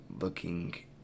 looking